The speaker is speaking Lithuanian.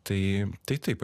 tai tai taip